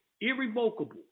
irrevocable